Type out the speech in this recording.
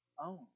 own